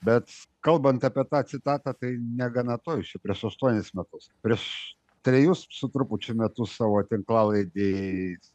bet kalbant apie tą citatą tai negana to jis čia prieš aštuonis metus prieš trejus su trupučiu metus savo tinklalaidėj